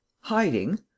Hiding